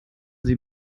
sie